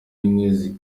rimwe